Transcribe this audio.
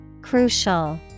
Crucial